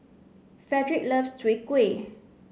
Fredrick loves Chai Kuih